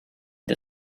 the